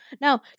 Now